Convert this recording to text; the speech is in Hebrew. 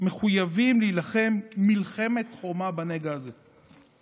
מחויבים להילחם מלחמת חורמה בנגע הזה.